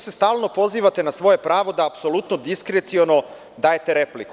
Stalno se pozivate na svoje pravo da apsolutno diskreciono dajete repliku.